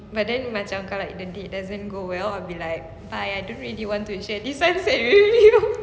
but then macam kalau the date doesn't go well I will be like bye I don't really want to share this sunset with you